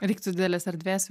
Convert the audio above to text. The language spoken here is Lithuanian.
reiktų didelės erdvės